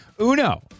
Uno